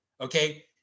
okay